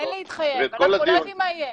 אין להתחייב, אנחנו לא יודעים מה יהיה.